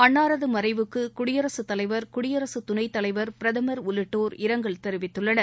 அன்னாரது மறைவுக்கு குடியரசுத் தலைவர் குடியரசுத் துணை தலைவர் பிரதமர் உள்ளிட்டோர் இரங்கல் தெரிவித்துள்ளனர்